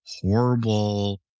horrible